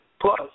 Plus